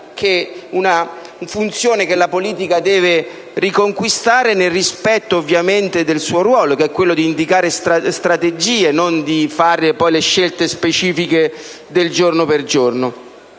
è una funzione che la politica deve riconquistare, nel rispetto - ovviamente - del suo ruolo, cioè, appunto, quello di indicare strategie e non di fare le scelte specifiche del giorno per giorno.